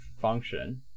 function